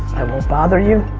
i won't bother you,